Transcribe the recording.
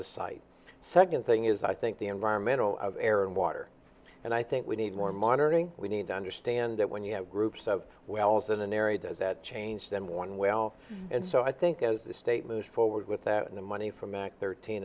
the site second thing is i think the environmental of air and water and i think we need more monitoring we need to understand that when you have groups of wells in an area does that change them one well and so i think as the state moves forward with that and the money from act thirteen